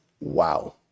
Wow